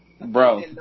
Bro